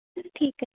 ਠੀਕ ਆ